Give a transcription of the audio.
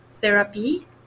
therapy